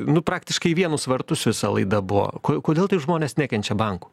nu praktiškai į vienus vartus visa laida buvo ko kodėl taip žmonės nekenčia bankų